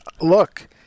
look